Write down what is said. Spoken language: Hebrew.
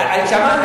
חבר הכנסת